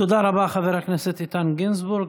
תודה רבה, חבר הכנסת איתן גינזבורג.